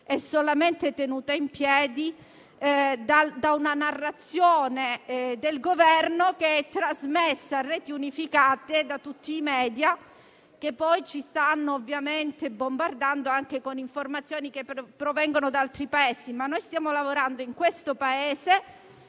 solamente da una narrazione del Governo trasmessa a reti unificate da tutti i *media*, che ci stanno bombardando anche con informazioni che provengono da altri Paesi, ma noi stiamo lavorando in questo Paese.